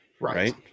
Right